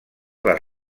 les